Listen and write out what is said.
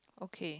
okay